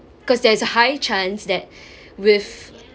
because there's a high chance that with